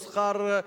או שכר,